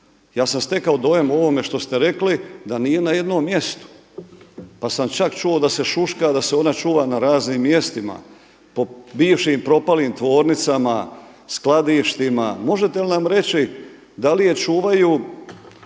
Ja sam stekao dojam o ovome što ste rekli da nije na jednom mjestu, pa sam čak čuo da se šuška, da se ona čuva na raznim mjestima po bivšim propalim tvornicama, skladištima. Možete li mi reći da li je čuvaju